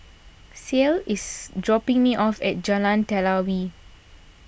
Ceil is dropping me off at Jalan Telawi